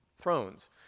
Thrones